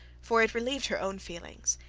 for it relieved her own feelings,